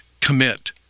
commit